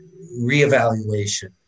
reevaluation